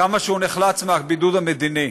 כמה הוא נחלץ מהבידוד המדיני.